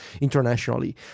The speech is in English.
internationally